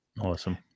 awesome